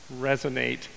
Resonate